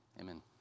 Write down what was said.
Amen